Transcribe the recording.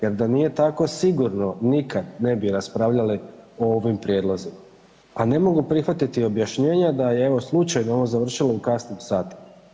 Jer da nije tako sigurno nikad ne bi raspravljali o ovim prijedlozima, a ne mogu prihvatiti objašnjenja da je ovo evo slučajno završilo u kasnim satima.